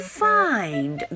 find